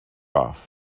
off